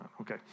okay